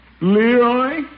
Leroy